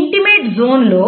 intimate zone లో